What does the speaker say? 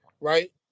right